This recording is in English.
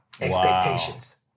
expectations